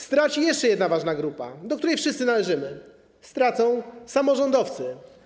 Straci jeszcze jedna ważna grupa, do której wszyscy należymy - stracą samorządowcy.